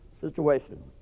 situation